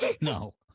No